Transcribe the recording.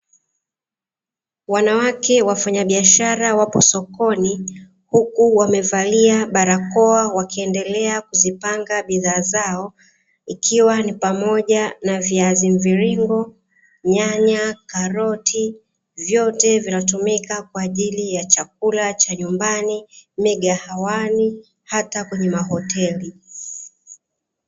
Wanawake wafanyabiashara wapo sokoni huku wamevalia barakoa wakiendelea kuzipanga bidhaa zao ikiwa ni pamoja na viazi mviringo, nyanya, karoti vyote vinatumika kwa ajili ya chakula cha nyumbani migahawani hata kwenye mahoteli.